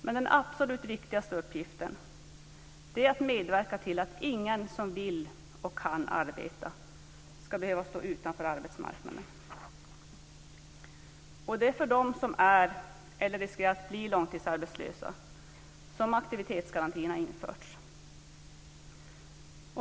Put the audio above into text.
Men den absolut viktigaste uppgiften är att medverka till att ingen som vill och kan arbeta ska behöva stå utanför arbetsmarknaden. Det är för dem som är eller riskerar att bli långtidsarbetslösa som aktivitetsgarantin har införts.